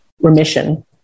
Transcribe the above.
remission